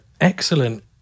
excellent